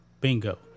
bingo